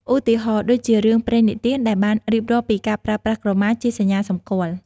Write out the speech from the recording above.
ឧទាហរណ៍ដូចជារឿងព្រេងនិទានដែលបានរៀបរាប់ពីការប្រើប្រាស់ក្រមាជាសញ្ញាសម្គាល់។